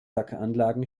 anlagen